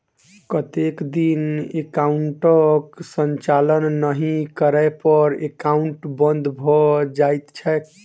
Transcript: कतेक दिन एकाउंटक संचालन नहि करै पर एकाउन्ट बन्द भऽ जाइत छैक?